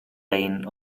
lane